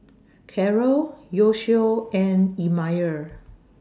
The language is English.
Karel Yoshio and Elmire